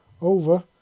Over